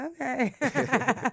Okay